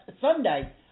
Sunday